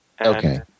Okay